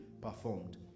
performed